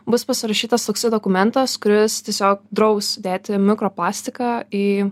bus pasirašytas toksai dokumentas kuris tiesiog draus dėti mikroplastiką į